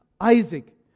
Isaac